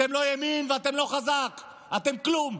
אתם לא ימין, ואתם לא חזק, אתם כלום.